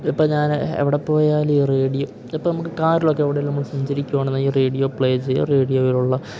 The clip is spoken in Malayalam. ഇപ്പം ഞാൻ എവിടെ പോയാലും ഈ റേഡിയോ ഇപ്പം നമുക്ക് കാറിലൊക്കെ എവിടെയെങ്കിലും നമ്മൾ സഞ്ചരിക്കുകയാണെന്നുണ്ടെങ്കിൽ റേഡിയോ പ്ലേ ചെയ്യുക റേഡിയോയിലുള്ള